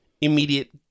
immediate